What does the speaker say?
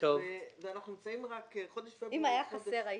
בוא נתחיל מזה,